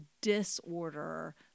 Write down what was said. disorder